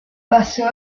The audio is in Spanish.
pasó